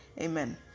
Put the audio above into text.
Amen